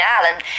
Island